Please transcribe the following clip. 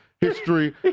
history